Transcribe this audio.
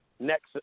Next